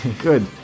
good